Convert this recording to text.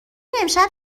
امشب